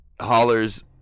hollers